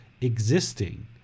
existing